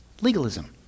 legalism